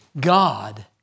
God